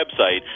website